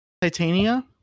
Titania